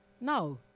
no